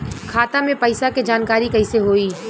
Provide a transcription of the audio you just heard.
खाता मे पैसा के जानकारी कइसे होई?